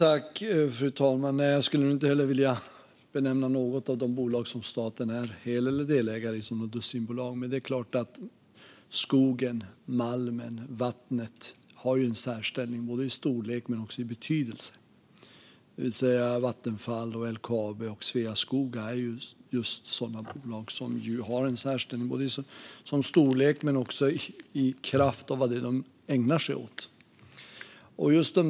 Fru talman! Jag skulle inte heller vilja benämna något av de bolag som staten är hel eller delägare i som något dussinbolag. Men det är klart att skogen, malmen och vattnet har en särställning både i storlek och i betydelse. Vattenfall, LKAB och Sveaskog är just sådana bolag som har en särställning både i storlek och i kraft av vad det är som de ägnar sig åt.